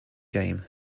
game